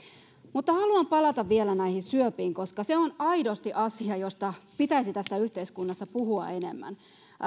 mutta haluan palata vielä näihin syöpiin koska se on aidosti asia josta pitäisi tässä yhteiskunnassa puhua enemmän